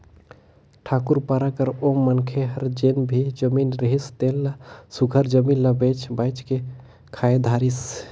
ठाकुर पारा कर ओ मनखे हर जेन भी जमीन रिहिस तेन ल सुग्घर जमीन ल बेंच बाएंच के खाए धारिस